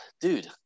dude